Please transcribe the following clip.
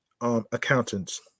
accountants